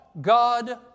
God